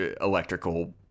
electrical